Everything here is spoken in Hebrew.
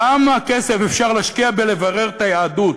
כמה כסף צריך להשקיע בלברר את היהדות?